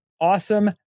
awesome